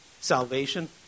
salvation